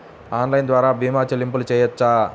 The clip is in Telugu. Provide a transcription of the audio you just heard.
ఆన్లైన్ ద్వార భీమా చెల్లింపులు చేయవచ్చా?